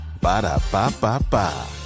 Ba-da-ba-ba-ba